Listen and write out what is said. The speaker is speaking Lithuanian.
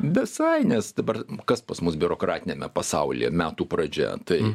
visai nes dabar kas pas mus biurokratiniame pasaulyje metų pradžia tai